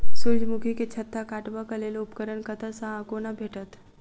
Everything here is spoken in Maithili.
सूर्यमुखी केँ छत्ता काटबाक लेल उपकरण कतह सऽ आ कोना भेटत?